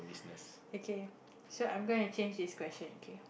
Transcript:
okay so I'm gonna change this question okay